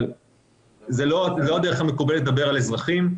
אבל זו לא הדרך המקובלת, לדבר על אזרחים.